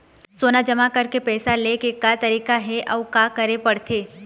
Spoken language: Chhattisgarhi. सोना जमा करके पैसा लेकर का तरीका हे अउ का करे पड़थे?